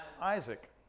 Isaac